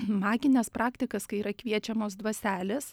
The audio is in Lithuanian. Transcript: magines praktikas kai yra kviečiamos dvaselės